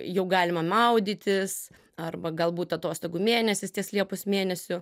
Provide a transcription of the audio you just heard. jau galima maudytis arba galbūt atostogų mėnesis ties liepos mėnesiu